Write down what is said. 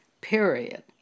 Period